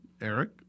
Eric